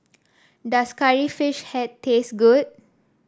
does Curry Fish Head taste good